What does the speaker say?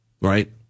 right